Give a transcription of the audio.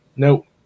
Nope